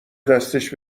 دستش